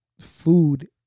food